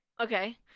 Okay